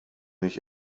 ich